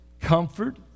comfort